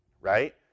right